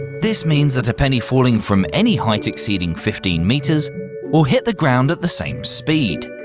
this means that a penny falling from any height exceeding fifteen metres will hit the ground at the same speed.